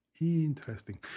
Interesting